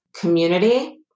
community